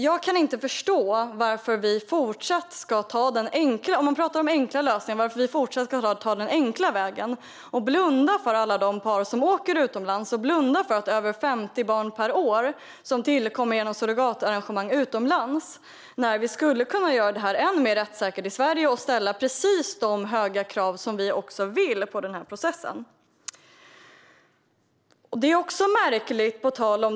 Jag kan inte förstå varför vi ska fortsätta att ta den enkla vägen och blunda för alla de par som åker utomlands och de över 50 barn per år som föds genom surrogatarrangemang utomlands, när vi skulle kunna göra det här än mer rättssäkert i Sverige och ställa precis de höga krav som vi vill på den här processen.